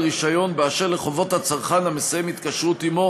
רישיון באשר לחובות הצרכן המסיים התקשרות עמו,